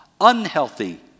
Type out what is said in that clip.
Unhealthy